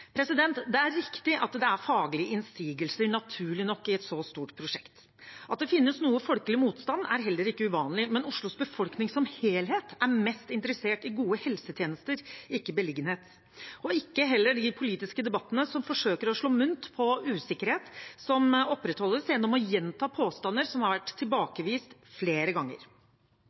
Det er riktig at det er faglige innsigelser, naturlig nok, i et så stort prosjekt. At det finnes noe folkelig motstand, er heller ikke uvanlig, men Oslos befolkning som helhet er mest interessert i gode helsetjenester, ikke beliggenhet, og heller ikke de politiske debattene som forsøker å slå mynt på en usikkerhet som opprettholdes gjennom å gjenta påstander som er tilbakevist flere ganger.